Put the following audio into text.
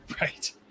Right